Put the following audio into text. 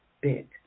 big